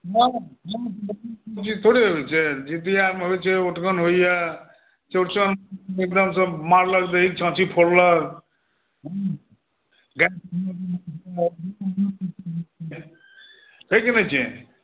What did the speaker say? ई थोड़े होइत छै जीतिआमे होइत छै जे ओठगनि होइया चौरचन माँजलक दही छाँछी पौड़लक छै कि नहि छै